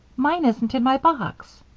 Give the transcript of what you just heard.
mine isn't in my box!